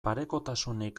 parekotasunik